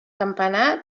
campanar